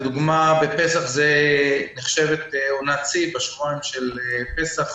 לדוגמה, פסח זה עונת שיא, השבועיים של פסח,